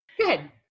Good